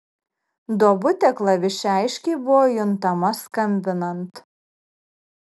duobutė klaviše aiškiai buvo juntama skambinant